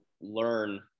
learn